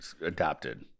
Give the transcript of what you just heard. adapted